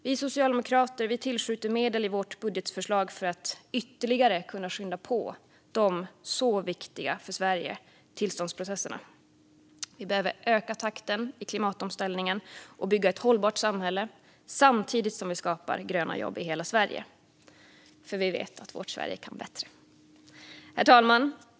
Vi socialdemokrater tillskjuter medel i vårt budgetförslag för att ytterligare kunna skynda på de för Sverige så viktiga tillståndsprocesserna. Vi behöver öka takten i klimatomställningen och bygga ett hållbart samhälle samtidigt som vi skapar gröna jobb i hela Sverige. För vi vet att vårt Sverige kan bättre. Herr talman!